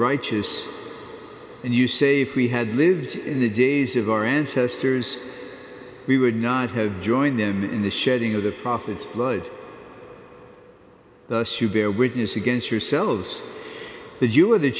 righteous and you say if we had lived in the days of our ancestors we would not have joined them in the shedding of the prophets blood thus you bear witness against yourselves that you were th